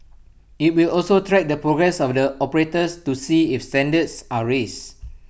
IT will also track the progress of the operators to see if standards are raised